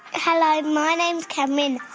hello, my name's cameron.